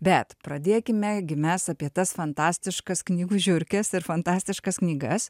bet pradėkime gi mes apie tas fantastiškas knygų žiurkes ir fantastiškas knygas